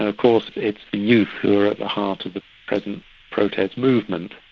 ah course it's youth who are at the heart of the present protest movement.